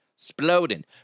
exploding